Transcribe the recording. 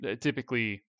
typically